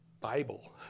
Bible